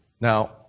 Now